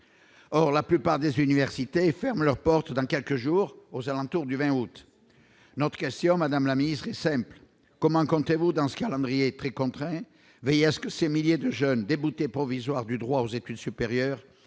or la plupart des universités ferment leurs portes dans quelques jours aux alentours du 20 août notre question madame la ministre est simple : comment comptez-vous dans ce calendrier précontraint veiller à ce que ces milliers de jeunes débouté provisoire du droit aux études supérieures,